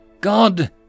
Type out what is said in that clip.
God